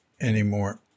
anymore